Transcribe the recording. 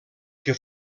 que